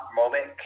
moment